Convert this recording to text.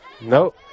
Nope